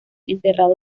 enterrado